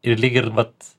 ir lyg ir bet